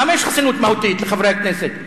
למה יש חסינות מהותית לחברי הכנסת?